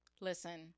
Listen